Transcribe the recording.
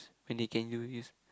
when they can use